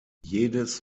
jedes